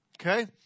Okay